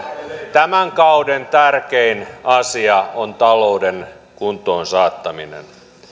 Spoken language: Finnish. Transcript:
tämän kauden tärkein asia on talouden kuntoon saattaminen ja